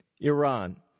Iran